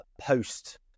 post